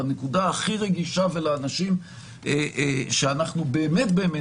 בנקודה הכי רגישה ולאנשים שאנחנו באמת באמת